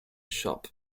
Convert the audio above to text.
shop